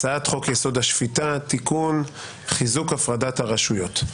הצעת חוק-יסוד: השפיטה (תיקון חיזוק הפרדת הרשויות).